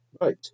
Right